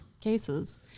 cases